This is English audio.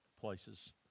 places